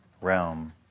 realm